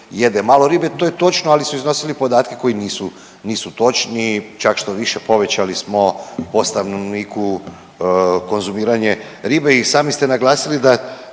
jede malo ribe, to je točno ali su iznosili podatke koji nisu točni. Čak štoviše povećali smo po stanovniku konzumiranje ribe. I sami ste naglasili da